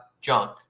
junk